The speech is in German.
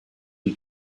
die